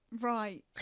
Right